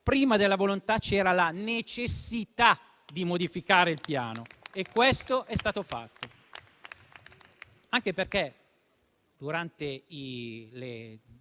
prima della volontà c'era la necessità di modificare il Piano e questo è stato fatto, anche perché, durante le